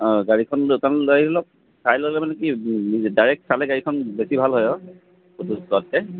অ গাড়ীখন লৈ আহিব চাই ল'লে মানে কি ডাইৰেক্ট চালে গাড়ীখন বেছি ভাল হয় আৰু